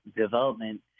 development